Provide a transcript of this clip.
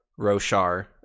roshar